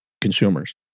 consumers